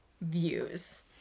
views